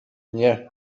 nie